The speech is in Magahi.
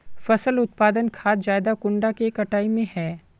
फसल उत्पादन खाद ज्यादा कुंडा के कटाई में है?